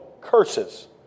curses